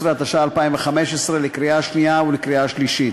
113), לקריאה שנייה ולקריאה שלישית.